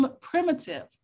primitive